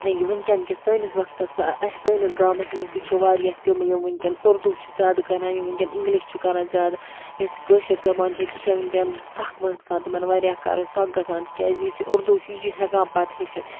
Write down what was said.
یہِ ونکٮ۪ن کِس سٲنِس وقتَس اَسہِ سٲنِس گامَس منٛز تہِ چھِ واریاہ تِم یِم وٕنکٮ۪ن اُردو چھِ زیادٕ کَران یِم وٕنکٮ۪ن اِنگلِش چھُ کَران زیادٕ یۄس یہِ کٲشِر زَبان چھَکھ یہِ چھےٚ وٕنکٮ۪ن سَکھ گژھان تِمن واریاہ کَرُن سَکھ گژھان تِکیٛازِ یُس یہِ اُردو چھُ یہِ چھِ ہٮ۪کان پَتہٕ ہیٚچھِتھ